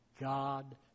God